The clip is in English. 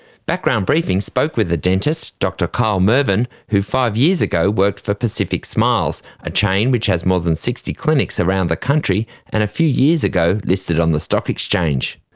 background briefing spoke with a dentist, dr kyle mervin, who five years ago worked for pacific smiles, a chain which has more than sixty clinics around the country and a few years ago listed on the stock exchange.